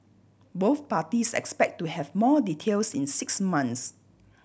both parties expect to have more details in six months